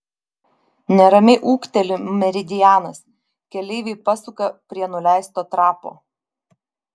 neramiai ūkteli meridianas keleiviai pasuka prie nuleisto trapo